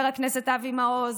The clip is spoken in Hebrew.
חבר הכנסת אבי מעוז,